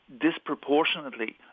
disproportionately